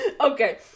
Okay